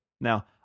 Now